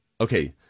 okay